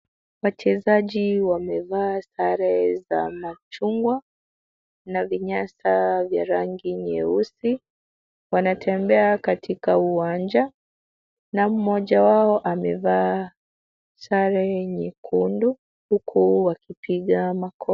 Wachezaji wamevaa sare za machungwa na vinyasa vya rangi nyeusi. Wanatembea katika uwanja na mmoja wao amevaa sare nyekundu huku wakipiga makofi.